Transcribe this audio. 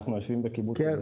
אנחנו יושבים בקיבוץ --- כן.